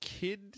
kid